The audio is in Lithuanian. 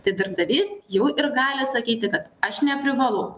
tai darbdavys jau ir gali sakyti kad aš neprivalau